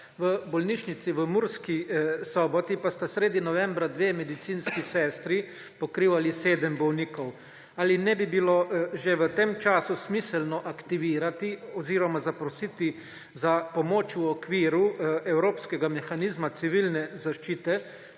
v bolnišnici v Murski Soboti pa sta sredi novembra dve medicinski sestri pokrivali sedem bolnikov. Ali ne bi bilo že v tem času smiselno aktivirati oziroma zaprositi za pomoč v okviru evropskega mehanizma civilne zaščite,